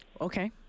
Okay